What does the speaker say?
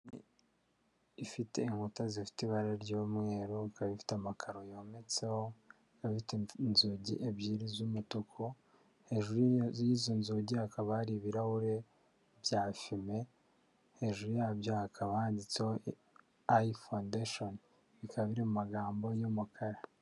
Inzu ifite inkuta zifite ibara ry'umweru, ikaba ifite amakaro yometseho, afite inzugi ebyiri z'umutuku, hejuru y'izo nzugi hakaba hari ibirahuri bya fume, hejuru yabyo hakaba handitseho ayi fondesheni bikaba iri mu magambo y'umukara.